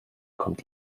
kommt